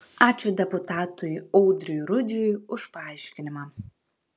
ačiū deputatui audriui rudžiui už paaiškinimą